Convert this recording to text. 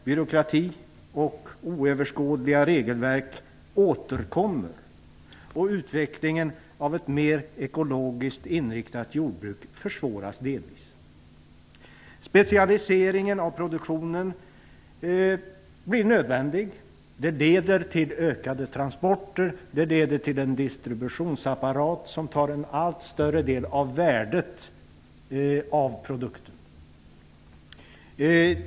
Byråkrati och oöverskådliga regelverk återkommer, och utvecklingen av ett mer ekologiskt inriktat jordbruk försvåras delvis. Specialisering av produktionen blir nödvändig, och det leder till ökade transporter och till en distributionsapparat som tar en allt större del av produkternas värde.